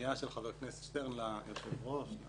הפנייה של חבר הכנסת שטרן ליושב ראש.